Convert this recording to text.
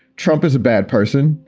trump is a bad person.